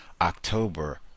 October